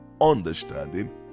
understanding